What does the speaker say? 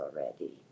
already